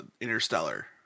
Interstellar